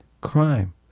crime